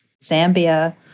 Zambia